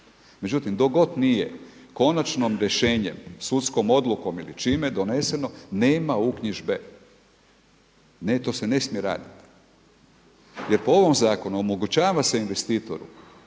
Međutim, dok god nije konačnim rješenjem, sudskom odlukom ili čime doneseno nema uknjižbe, ne to se ne smije raditi jer po ovom zakonu omogućava se investitoru